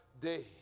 day